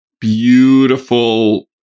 beautiful